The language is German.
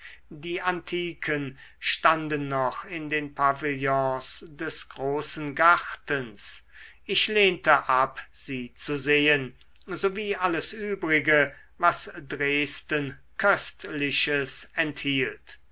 die antiken standen noch in den pavillons des großen gartens ich lehnte ab sie zu sehen sowie alles übrige was dresden köstliches enthielt